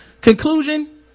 Conclusion